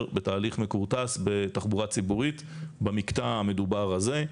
בתהליך מכורטס בתחבורה ציבורית במקטע המדובר הזה.